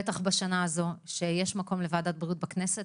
בטח בשנה הזו, שיש מקום לוועדת בריאות בכנסת.